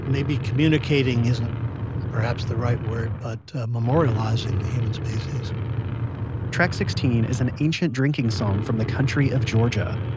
maybe communicating isn't perhaps the right word but memorializing the human species track sixteen is an ancient drinking song from the country of georgia.